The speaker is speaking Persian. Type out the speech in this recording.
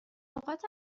نقاط